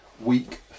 week